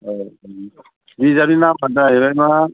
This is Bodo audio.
औ औ बिजाबनि नामआ जाहैबाय मा